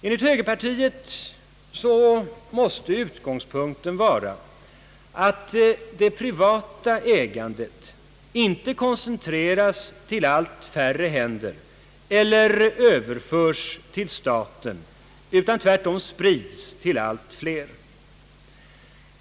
Enligt högerpartiet måste utgångspunkten vara att det privata ägandet inte koncentreras till allt färre händer eller överförs till staten utan tvärtom sprids till allt fler.